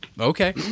Okay